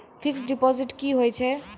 Fixed deposit की होय छै?